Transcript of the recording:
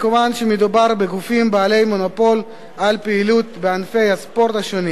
מכיוון שמדובר בגופים בעלי מונופול על פעילות בענפי הספורט השונים